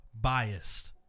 biased